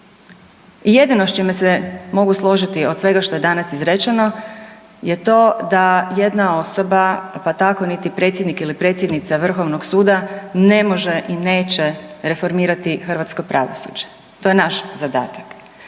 I jedino s čime se mogu složiti od svega što je danas izrečeno je to da jedna osoba, pa tako niti predsjednik ili predsjednica vrhovnog suda ne može i neće reformirati hrvatsko pravosuđe. To je naš zadatak.